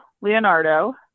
Leonardo